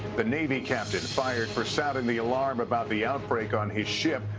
the navy captain fired for sounding the alarm about the outbreak on his ship.